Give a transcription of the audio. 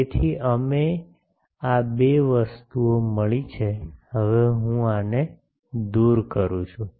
તેથી અમને આ બે વસ્તુઓ મળી છે હવે હું આને દૂર કરું છું